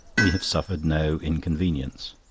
we have suffered no inconvenience.